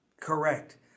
Correct